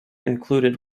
included